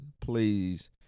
please